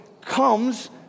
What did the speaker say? comes